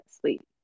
sleep